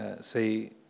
say